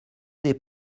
des